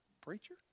preacher